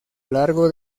largo